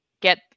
get